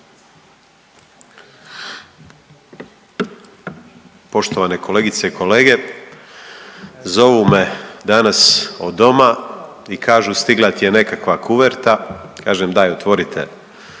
Poštovane kolegice i kolege, zovu me danas od doma i kažu stigla ti je nekakva kuverta. Kažem daj otvorite